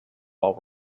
while